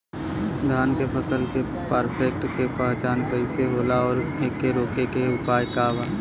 धान के फसल के फारेस्ट के पहचान कइसे होला और एके रोके के उपाय का बा?